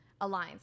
aligns